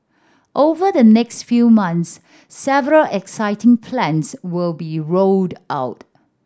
over the next few months several exciting plans will be rolled out